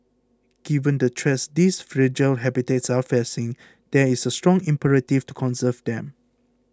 given the threats these fragile habitats are facing there is a strong imperative to conserve them